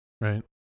Right